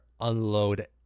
unload